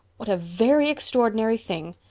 what a very extraordinary thing!